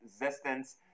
Resistance